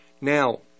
Now